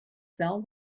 fell